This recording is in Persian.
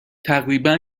تقریبا